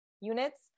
units